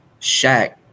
Shaq